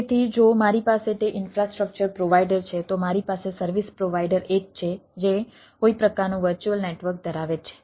તેથી જો મારી પાસે તે ઈન્ફ્રાસ્ટ્રક્ચર પ્રોવાઈડર છે તો મારી પાસે સર્વિસ પ્રોવાઈડર 1 છે જે કોઈ પ્રકારનું વર્ચ્યુઅલ નેટવર્ક ધરાવે છે